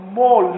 more